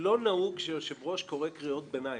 לא נהוג שיושב-ראש קורא קריאות ביניים.